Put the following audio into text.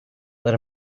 let